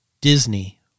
Disney